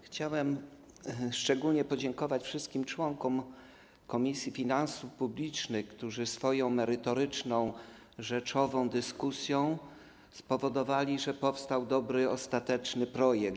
Chciałem szczególnie podziękować wszystkim członkom Komisji Finansów Publicznych, którzy swoją merytoryczną, rzeczową dyskusją spowodowali, że powstał dobry ostateczny projekt.